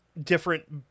different